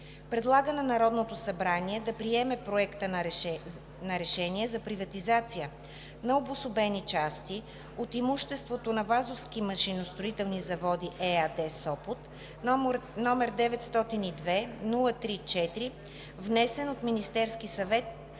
Предлага на Народното събрание да приеме Проекта на решение за приватизация на обособени части от имуществото на „Вазовски машиностроителни заводи“ ЕАД – Сопот, № 902-03-4, внесен от Министерския съвет